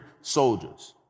soldiers